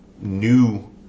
new